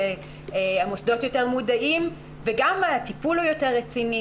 המוסדות יותר מודעים וגם הטיפול יותר רציני.